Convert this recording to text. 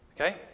okay